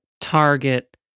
target